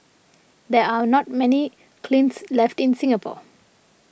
there are not many kilns left in Singapore